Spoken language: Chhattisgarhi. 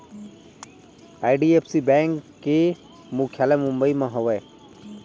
आई.डी.एफ.सी बेंक के मुख्यालय मुबई म हवय